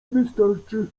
wystarczy